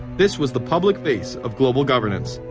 this was the public face of global governance.